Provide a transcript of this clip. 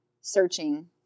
searching